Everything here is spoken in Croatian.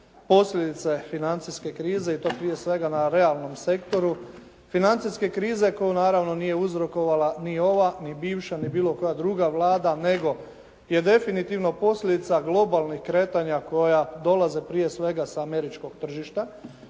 posljedice financijske krize i to prije svega na realnom sektoru, financijske krize koju naravno nije uzrokovala ni ova, ni bivša, ni bilo koja druga Vlada nego je definitivno posljedica globalnih kretanja koja dolaze prije svega sa američkog tržišta,